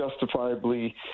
justifiably